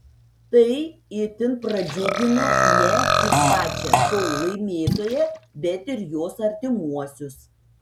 tai itin pradžiugino ne tik pačią šou laimėtoją bet ir jos artimuosius